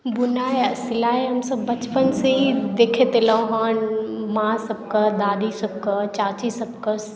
बुननाइ आ सिलाइ हमसभ बचपनसँ देखैत एलहुँ हेँ माँ सभकेँ दादी सभकेँ चाची सभकेँ